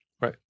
Right